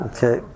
Okay